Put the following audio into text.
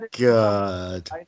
god